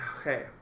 okay